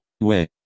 Ouais